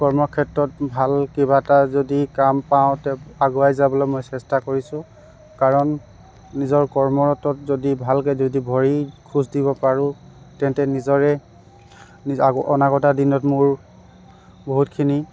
কৰ্মক্ষেত্ৰত ভাল কিবা এটা যদি কাম পাওঁ তে আগুৱাই যাবলৈ মই চেষ্টা কৰিছো কাৰণ নিজৰ কৰ্মৰতত যদি ভালকৈ যদি ভৰি খোজ দিব পাৰো তেন্তে নিজৰে আ আনগতা দিনত মোৰ বহুতখিনি